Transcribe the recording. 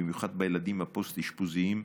במיוחד בילדים הפוסט-אשפוזיים,